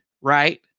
right